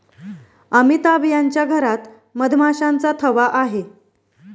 अमिताभ यांच्या घरात मधमाशांचा थवा आहे